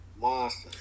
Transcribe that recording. Monster